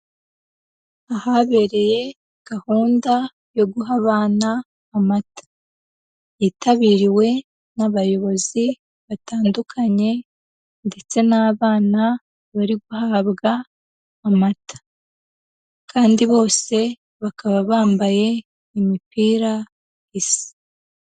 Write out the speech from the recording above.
Ahabereye gahunda yo guha abana amata. Yitabiriwe n'abayobozi batandukanye ndetse n'abana bari guhabwa amata. Kandi bose bakaba bambaye imipira isa.